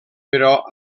però